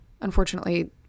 unfortunately